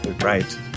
right